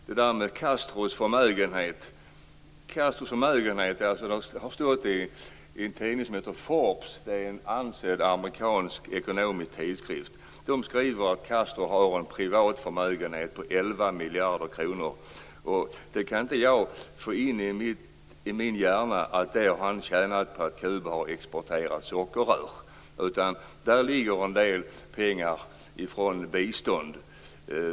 Detta med Castros förmögenhet har det stått om i en ansedd amerikansk ekonomisk tidskrift som heter Forbes, vilken skriver att Castro har en privat förmögenhet på 11 miljarder kronor. Jag kan inte få in i min hjärna att han har tjänat detta på att Kuba har exporterat sockerrör, utan där ligger en del pengar från bistånd.